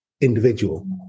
individual